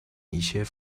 一些